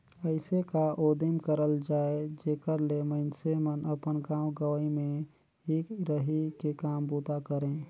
अइसे का उदिम करल जाए जेकर ले मइनसे मन अपन गाँव गंवई में ही रहि के काम बूता करें